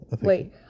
Wait